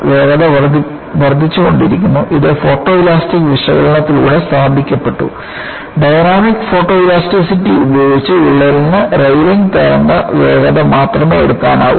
വേഗത വർദ്ധിച്ചുകൊണ്ടിരുന്നു ഇത് ഫോട്ടോഇലാസ്റ്റിക് വിശകലനത്തിലൂടെ സ്ഥാപിക്കപ്പെട്ടു ഡൈനാമിക് ഫോട്ടോഇലാസ്റ്റിസിറ്റി ഉപയോഗിച്ച് വിള്ളലിന് റെയ്ലെയ് തരംഗ വേഗത മാത്രമേ എടുക്കാനാകൂ